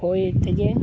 ᱦᱳᱭᱮ ᱛᱮᱜᱮ